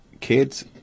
Kids